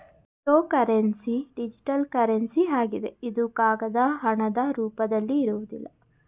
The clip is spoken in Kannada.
ಕ್ರಿಪ್ತೋಕರೆನ್ಸಿ ಡಿಜಿಟಲ್ ಕರೆನ್ಸಿ ಆಗಿದೆ ಇದು ಕಾಗದ ಹಣದ ರೂಪದಲ್ಲಿ ಇರುವುದಿಲ್ಲ